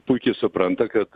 puikiai supranta kad